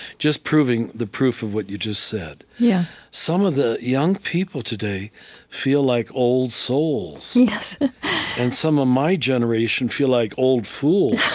just proving the proof of what you just said. yeah some of the young people today feel like old souls. and some of my generation feel like old fools.